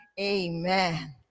amen